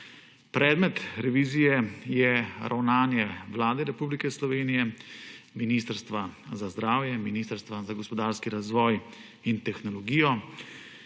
Predmet revizije je ravnanje Vlade Republike Slovenije, Ministrstva za zdravje, Ministrstva za gospodarski razvoj in tehnologijo,